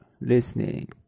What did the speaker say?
listening